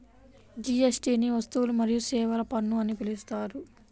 జీఎస్టీని వస్తువులు మరియు సేవల పన్ను అని పిలుస్తారు